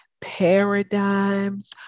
paradigms